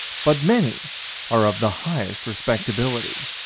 but many are of the highest respectability.